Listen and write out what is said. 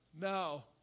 now